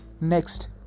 next